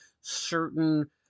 certain